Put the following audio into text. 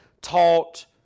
taught